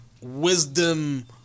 wisdom